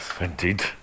Indeed